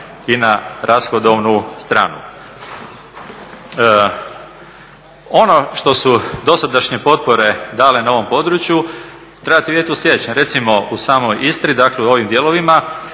i na rashodovnu stranu. Ono što su dosadašnje potpore dale na ovom području trebate vidjeti u sljedećem, recimo u samoj Istri dakle u ovim dijelovima,